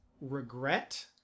regret